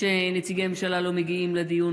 כשנציגי ממשלה לא מגיעים לדיון,